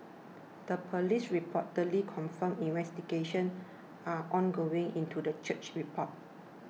the police reportedly confirmed investigations are ongoing into the church's report